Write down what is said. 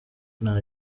nta